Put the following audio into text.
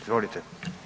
Izvolite.